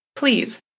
Please